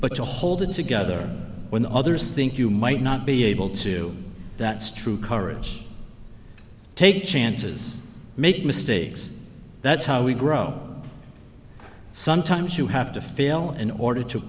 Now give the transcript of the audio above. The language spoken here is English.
but to hold it together with others think you might not be able to that's true courage take chances make mistakes that's how we grow sometimes you have to fail in order to